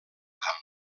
camp